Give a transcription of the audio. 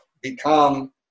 become